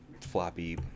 floppy